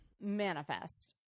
Manifest